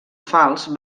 fals